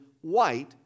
white